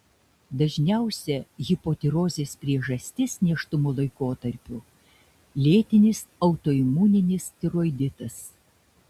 dažniausia hipotirozės priežastis nėštumo laikotarpiu lėtinis autoimuninis tiroiditas